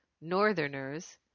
Northerners